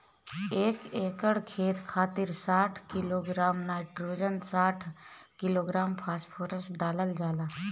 एक एकड़ खेत खातिर साठ किलोग्राम नाइट्रोजन साठ किलोग्राम फास्फोरस डालल जाला?